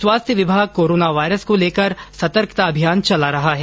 स्वास्थ्य विभाग corona virus को लेकर सतर्कता अभियान चला रहा है